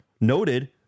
noted